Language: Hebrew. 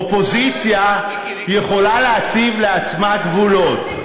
אופוזיציה יכולה להציב לעצמה גבולות.